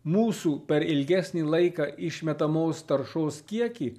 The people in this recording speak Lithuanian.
mūsų per ilgesnį laiką išmetamos taršos kiekį